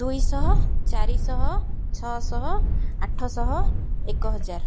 ଦୁଇଶହ ଚାରିଶହ ଛଅଶହ ଆଠଶହ ଏକ ହଜାର